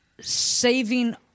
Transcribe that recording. saving